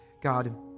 God